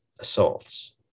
assaults